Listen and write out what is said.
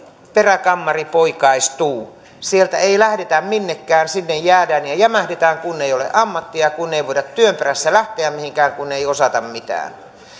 peräkammarinpoikaistuu sieltä ei lähdetä minnekään sinne jäädään ja jämähdetään kun ei ole ammattia kun ei voida työn perässä lähteä mihinkään kun ei osata mitään